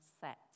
set